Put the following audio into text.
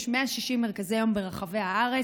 יש 160 מרכזי יום ברחבי הארץ.